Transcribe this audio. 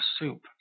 soup